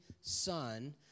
Son